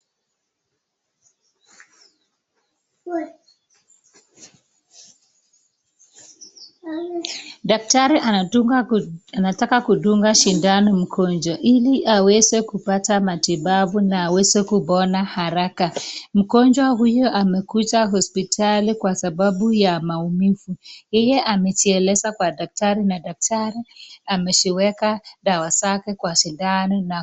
Daktari anatunga ku anataka kudunga sindano mkunjo ili aweze kupata matibabu na aweze kupona haraka. Mkunjo huyo amekuja hospitali kwa sababu ya maumivu. Yeye amtieleza kwa daktari na daktari ameshiweka dawa sake kwa sindano.